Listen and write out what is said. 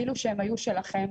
כאילו שהם היו שלכם.